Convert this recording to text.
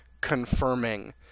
confirming